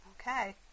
Okay